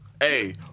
Hey